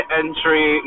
entry